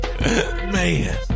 Man